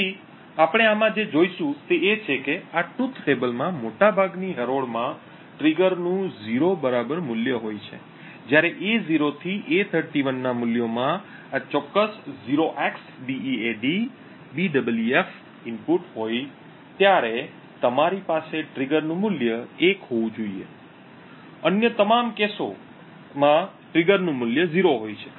તેથી આપણે આમાં જે જોશું તે એ છે કે આ સત્ય ટેબલ માં મોટાભાગની હરોળમાં ટ્રિગરનું 0 બરાબર મૂલ્ય હોય છે જ્યારે A0 થી A31 ના મૂલ્યોમાં આ ચોક્કસ 0xDEADBEEF ઇનપુટ હોય ત્યારે તમારી પાસે ટ્રિગરનું મૂલ્ય 1 હોવું જોઈએ અન્ય તમામ કેસો અથવા ટ્રિગરનું મૂલ્ય 0 હોય છે